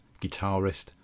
guitarist